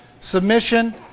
submission